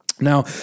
Now